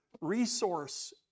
resource